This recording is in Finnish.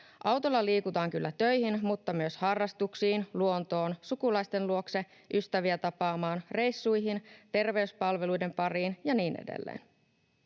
Autolla liikutaan kyllä töihin mutta myös harrastuksiin, luontoon, sukulaisten luokse, ystäviä tapaamaan, reissuihin, terveyspalveluiden pariin ja niin edelleen.